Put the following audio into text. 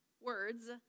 words